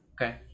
okay